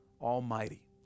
almighty